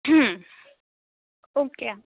okay